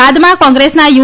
બાદમાં કોંગ્રેસના યુ